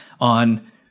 on